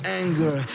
anger